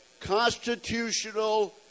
constitutional